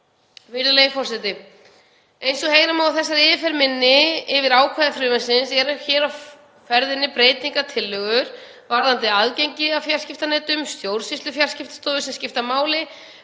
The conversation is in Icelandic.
Virðulegi forseti. Eins og heyra má af þessari yfirferð minni yfir ákvæði frumvarpsins eru hér á ferðinni breytingartillögur varðandi aðgengi að fjarskiptanetum og stjórnsýslu Fjarskiptastofu sem skipta máli,